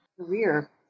Career